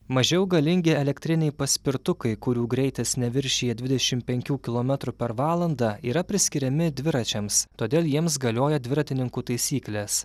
mažiau galingi elektriniai paspirtukai kurių greitis neviršija dvidešimt penkių kilometrų per valandą yra priskiriami dviračiams todėl jiems galioja dviratininkų taisyklės